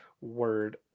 Word